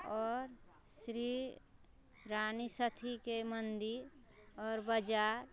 आओर श्री रानी सथीके मन्दिर आओर बजार